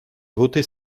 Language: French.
voter